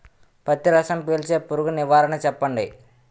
పత్తి రసం పీల్చే పురుగు నివారణ చెప్పండి?